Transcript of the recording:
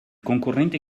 concorrente